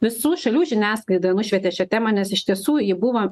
visų šalių žiniasklaida nušvietė šią temą nes iš tiesų ji buvo